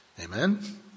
Amen